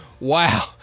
Wow